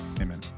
Amen